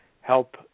help